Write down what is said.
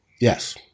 Yes